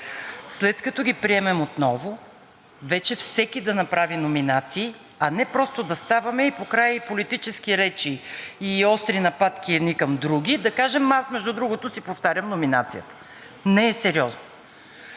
След като ги приемем отново, вече всеки да направи номинации, а не просто да ставаме и покрай политически речи и остри нападки едни към други да кажем: „ама аз, между другото, си повтарям номинацията“. Не е сериозно.